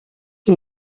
que